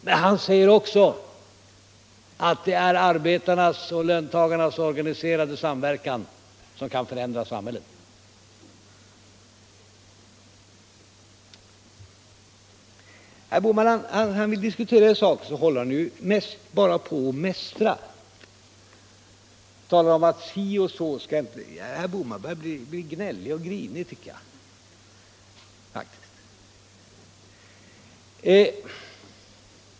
Men han säger också att det är arbetarnas och löntagarnas organiserade samverkan som kan förändra samhället. När herr Bohman vill diskutera i sak håller han mest bara på och mästrar. Han talar om att si och så skall man inte göra. Herr Bohman börjar bli gnällig och grinig, tycker jag faktiskt.